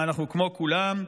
כמה אנחנו כמו כולם.